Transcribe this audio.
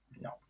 No